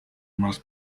must